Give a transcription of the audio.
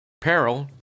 Peril